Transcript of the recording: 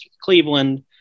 Cleveland